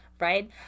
right